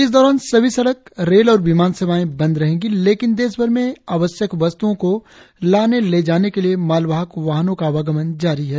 इस दौरान सभी सड़क रेल और विमान सेवाएं बंद रहेंगी लेकिन देशभर में आवश्यक वस्त्ओं को लाने ले जाने के लिए मालवाहक वाहनों का आवागमन जारी रहेगा